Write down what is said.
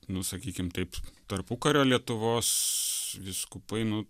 nusakykim taip tarpukario lietuvos vyskupai nu